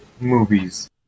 movies